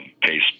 pace